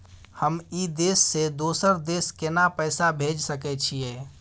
हम ई देश से दोसर देश केना पैसा भेज सके छिए?